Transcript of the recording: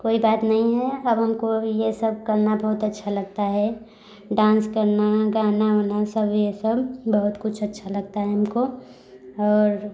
कोई बात नहीं है अब हमको ये सब करना बहुत अच्छा लगता है डांस करना गाना गाना सब ये सब बहुत कुछ अच्छा लगता है हमको और